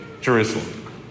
Jerusalem